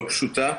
לא פשוטה,